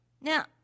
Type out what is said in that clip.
Now